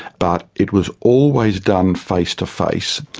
but it was always done face-to-face.